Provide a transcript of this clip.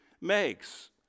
makes